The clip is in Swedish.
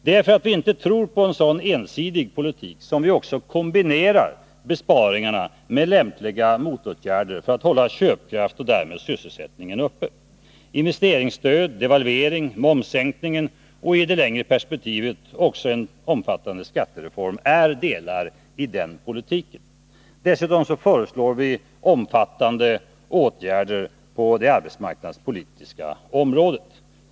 Det är för att vi inte tror på en sådan ensidig politik som vi också kombinerar besparingarna med lämpliga motåtgärder för att hålla köpkraften och därmed sysselsättningen uppe. Investeringsstöd, devalvering, momssänkning och i det längre perspektivet också en omfattande skattereform är delar i den politiken. Dessutom föreslår vi omfattande åtgärder på det arbetsmarknadspolitiska området.